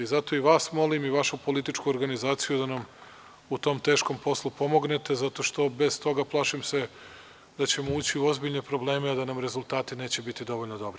Zato i vas molim i vašu političku organizaciju da nam u tom teškom poslu pomognete, zato što se plašim da ćemo bez toga ući u ozbiljne probleme, a da nam rezultati neće biti dovoljno dobri.